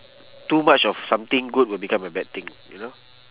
too much of something good will become a bad thing you know